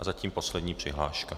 A zatím poslední přihláška.